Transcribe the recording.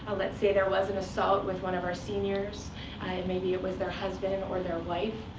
but let's say there was an assault with one of our seniors maybe it was their husband and or their wife.